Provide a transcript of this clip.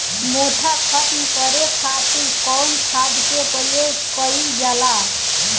मोथा खत्म करे खातीर कउन खाद के प्रयोग कइल जाला?